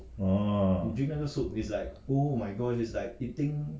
!whoa!